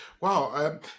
Wow